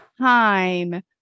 time